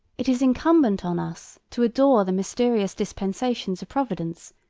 it is incumbent on us to adore the mysterious dispensations of providence,